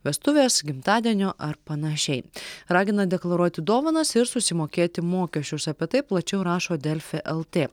vestuvės gimtadienio ar panašiai ragina deklaruoti dovanas ir susimokėti mokesčius apie tai plačiau rašo delfi lt